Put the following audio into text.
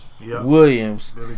Williams